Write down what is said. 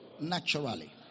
naturally